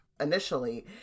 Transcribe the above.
initially